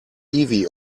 ivy